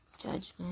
judgment